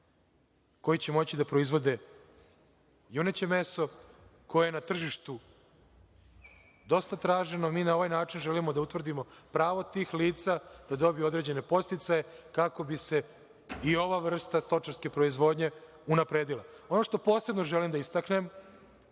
koji će moći da proizvode juneće meso, koje je na tržištu dosta traženo. Mi na ovaj način želimo da utvrdio pravo tih lica da dobiju određene podsticaje, kako bi se i ova vrsta stočarske proizvodnje unapredila. Ono što posebno želim da istaknem,